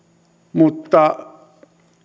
mutta